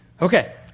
Okay